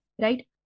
right